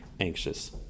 anxious